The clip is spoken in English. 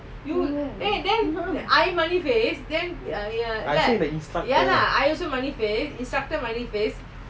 I say the instructor